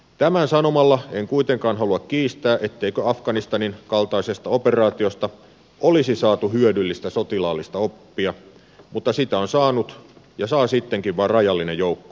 tämän sanomalla en kuitenkaan halua kiistää etteikö afganistanin kaltaisesta operaatiosta olisi saatu hyödyllistä sotilaallista oppia mutta sitä on saanut ja saa sittenkin vain rajallinen joukko